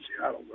Seattle